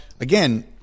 again